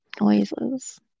noises